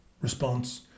response